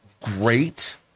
great